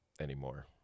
anymore